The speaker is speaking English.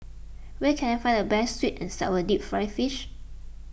where can I find the best Sweet and Sour Deep Fried Fish